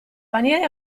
paniere